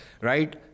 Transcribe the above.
right